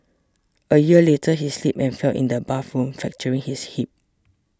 a year later he slipped and fell in the bathroom fracturing his hip